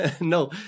no